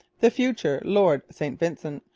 the future lord st vincent,